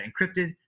encrypted